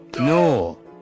No